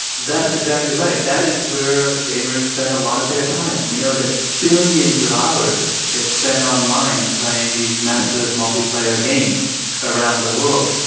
that's exactly right, that is where gamers spend a lot of their time. time. we know that billions of hours get spent online playing these massive multiplayer games around the world,